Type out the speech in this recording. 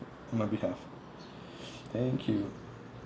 on my behalf thank you